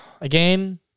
again